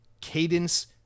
Cadence